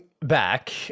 back